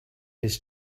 his